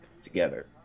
together